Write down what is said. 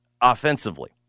offensively